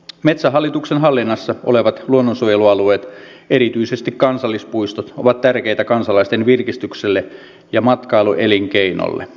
metsähallituksen hallinnassa olevat luonnonsuojelualueet erityisesti kansallispuistot ovat tärkeitä kansalaisten virkistykselle ja matkailuelinkeinolle